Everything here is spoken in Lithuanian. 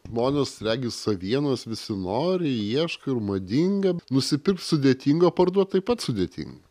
žmonės regis avienos visi nori ieško ir madinga nusipirkt sudėtinga o parduot taip pat sudėtin